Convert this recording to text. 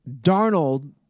Darnold